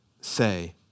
say